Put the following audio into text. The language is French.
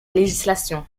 législation